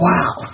Wow